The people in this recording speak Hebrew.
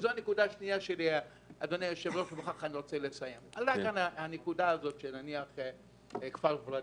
עלתה כאן הנקודה של כפר ורדים.